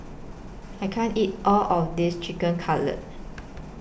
I can't eat All of This Chicken Cutlet